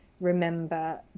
remember